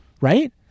right